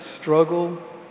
struggle